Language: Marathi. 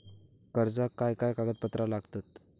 कर्जाक काय काय कागदपत्रा लागतत?